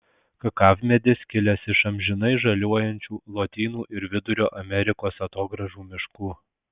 kakavmedis kilęs iš amžinai žaliuojančių lotynų ir vidurio amerikos atogrąžų miškų